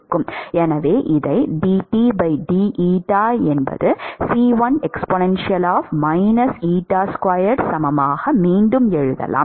எனவே இதை சமமாக மீண்டும் எழுதலாம்